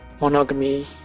monogamy